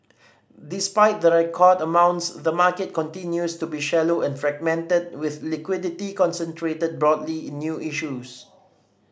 despite the record amounts the market continues to be shallow and fragmented with liquidity concentrated broadly in new issues